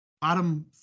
bottom